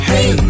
Hey